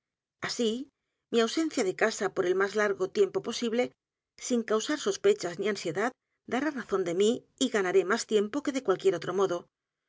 así mi ausencia de casa por el más largo tiempo posible sin causar sospechas ni ansiedad dará razón de mí y ganaré más tiempo que de cualquier otro modo